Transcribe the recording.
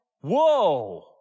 whoa